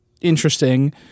interesting